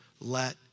let